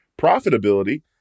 profitability